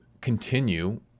continue